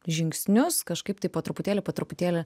žingsnius kažkaip tai po truputėlį po truputėlį